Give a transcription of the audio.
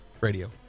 Radio